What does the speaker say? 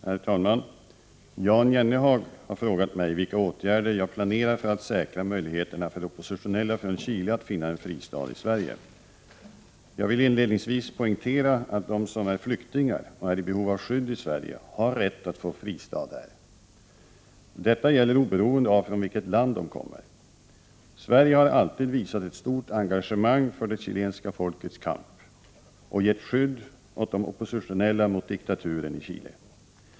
Herr talman! Jan Jennehag har frågat mig vilka åtgärder jag planerar för att säkra möjligheterna för oppositionella från Chile att finna en fristad i Sverige. Jag vill inledningsvis poängtera att de som är flyktingar och är i behov av skydd i Sverige har rätt att få en fristad här. Detta gäller oberoende av från vilket land de kommer. Sverige har alltid visat ett stort engagemang för det chilenska folkets kamp och gett skydd åt de oppositionella mot diktaturen i Chile.